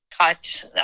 cut